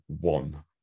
one